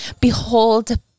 Behold